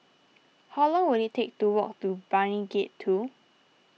how long will it take to walk to Brani Gate two